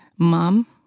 mom,